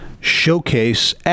showcase